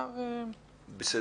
בסדר.